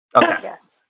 yes